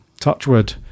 touchwood